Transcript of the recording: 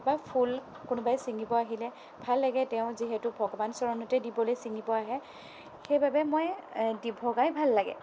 বা ফুল কোনোবাই চিঙিব আহিলে ভাল লাগে তেওঁ যিহেতু ভগৱানৰ চৰণতেই দিবলৈ চিঙিবলৈ আহে সেইবাবে মই ভগাই ভাল লাগে